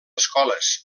escoles